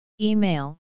Email